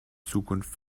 zukunft